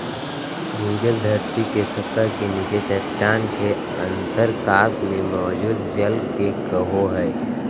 भूजल धरती के सतह के नीचे चट्टान के अंतरकाश में मौजूद जल के कहो हइ